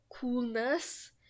coolness